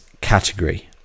category